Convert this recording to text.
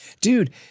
dude